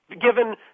given